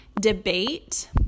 debate